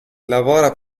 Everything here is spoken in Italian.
lavora